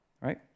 right